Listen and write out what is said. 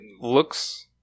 looks